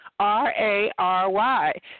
R-A-R-Y